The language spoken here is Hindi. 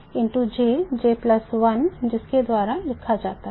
और यह जिसके द्वारा दिया जाता है